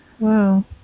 Wow